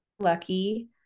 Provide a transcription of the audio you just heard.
lucky